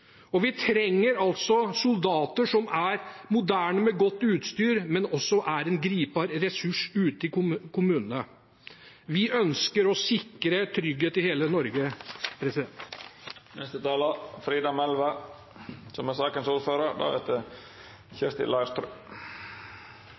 Vi trenger soldater som er moderne, med godt utstyr, men som også er en gripbar ressurs ute i kommunene. Vi ønsker å sikre trygghet i hele Norge. Innleiingsvis må eg få klarlagt det som